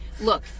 Look